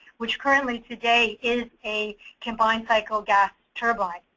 which currently today is a combined hydro gas turbine.